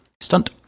stunt